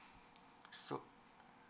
so